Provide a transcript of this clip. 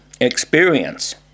experience